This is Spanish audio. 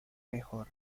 mejor